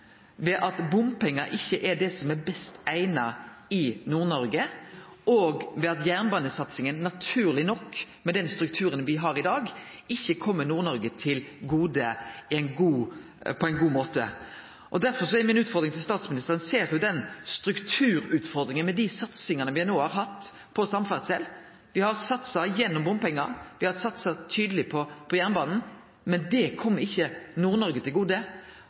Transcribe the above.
at bompengar ikkje er det som er best eigna i Nord-Noreg, og at jernbanesatsinga naturleg nok, med den strukturen me har i dag, ikkje kjem Nord-Noreg til gode på ein god måte. Derfor er mi utfordring til statsministeren: Ser ho den strukturutfordringa med dei satsingane me no har hatt på samferdsel? Me har satsa gjennom bompengar, vi har satsa tydeleg på jernbanen, men det kom ikkje Nord-Noreg til gode.